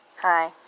Hi